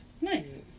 Nice